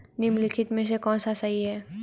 निम्नलिखित में से कौन सा सही है?